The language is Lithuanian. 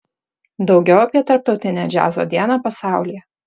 daugiau apie tarptautinę džiazo dieną pasaulyje